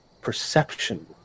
perception